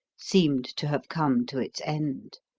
seemed to have come to its end.